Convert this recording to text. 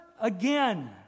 again